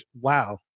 wow